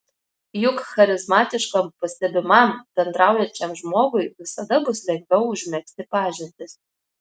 juk charizmatiškam pastebimam bendraujančiam žmogui visada bus lengviau užmegzti pažintis